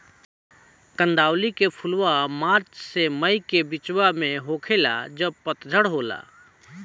कंदावली के फुलवा मार्च से मई के बिचवा में होखेला जब पतझर होला